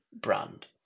brand